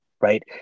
right